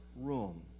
room